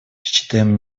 считаем